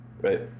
right